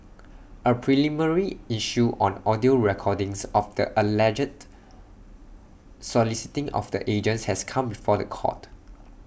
A preliminary issue on audio recordings of the alleged soliciting of the agents has come before The Court